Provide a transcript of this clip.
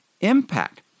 impact